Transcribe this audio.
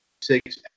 six